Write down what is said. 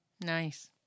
Nice